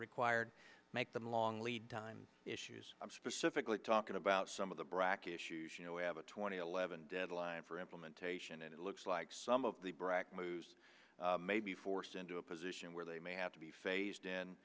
required make them long lead time issues i'm specifically talking about some of the bracket issues you know we have a two thousand and eleven deadline for implementation and it looks like some of the brac moves may be forced into a position where they may have to be phased in